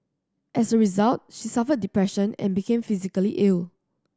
as a result she suffered depression and became physically ill